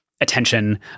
attention